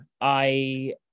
I-